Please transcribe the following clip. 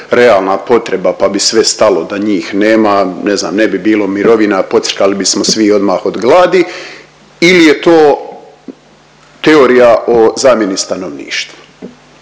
realna potreba pa bi sve stalo da njih nema, ne znam ne bi bilo mirovina, pocrkali bismo svi odmah od gladi ili je to teorija o zamjeni stanovništva.